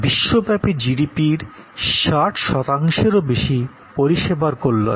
বিশ্বব্যাপী জিডিপির ৬০ শতাংশেরও বেশি পরিষেবার কল্যানে